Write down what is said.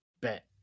bet